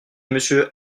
monsieur